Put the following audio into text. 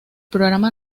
programa